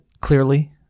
clearly